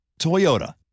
Toyota